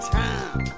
time